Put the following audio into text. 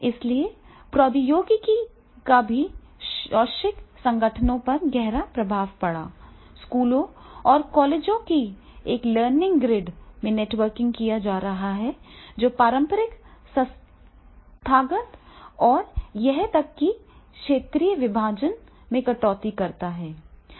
इसलिए प्रौद्योगिकी का भी शैक्षिक संगठनों पर गहरा प्रभाव पड़ा स्कूलों और कॉलेजों को एक लर्निंग ग्रिड में नेटवर्क किया जा रहा है जो पारंपरिक संस्थागत और यहां तक कि क्षेत्रीय विभाजन में कटौती करता है